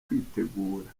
kwitegura